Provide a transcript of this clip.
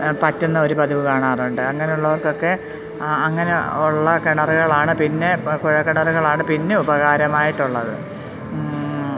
പറ്റുന്ന ഒരു പതിവ് കാണാറുണ്ട് അങ്ങനെയുള്ളവർക്കൊക്കെ അങ്ങനെയുള്ള കിണറുകളാണ് പിന്നെ കുഴല്ക്കിണറുകളാണ് പിന്നെ ഉപകാരമായിട്ടുള്ളത്